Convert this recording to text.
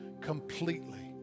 completely